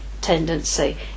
tendency